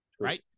right